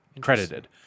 credited